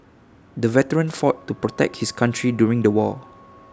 the veteran fought to protect his country during the war